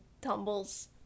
tumbles